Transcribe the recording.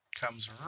comes